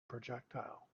projectile